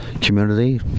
community